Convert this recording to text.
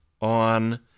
on